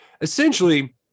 Essentially